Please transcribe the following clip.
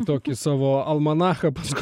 tokį savo almanachą pask